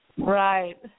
Right